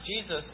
Jesus